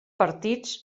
partits